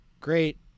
great